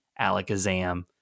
Alakazam